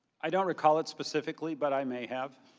i don't recall it specifically. but i may have.